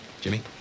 Jimmy